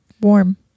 Warm